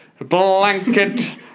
blanket